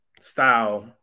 style